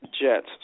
Jets